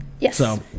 Yes